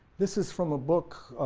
this is from a book,